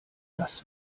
das